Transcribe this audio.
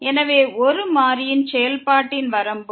எனவே ஒரு மாறியின் செயல்பாட்டின் வரம்பு